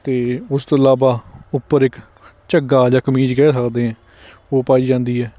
ਅਤੇ ਉਸ ਤੋਂ ਇਲਾਵਾ ਉੱਪਰ ਇੱਕ ਝੱਗਾ ਜਾਂ ਕਮੀਜ਼ ਕਹਿ ਸਕਦੇ ਹਾਂ ਉਹ ਪਾਈ ਜਾਂਦੀ ਹੈ